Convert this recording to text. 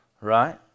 right